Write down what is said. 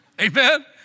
Amen